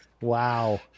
Wow